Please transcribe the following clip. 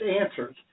answers